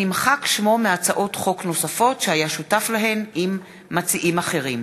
חוק נוספות שהיה שותף להן עם מציעים אחרים.